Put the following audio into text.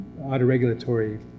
autoregulatory